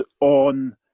on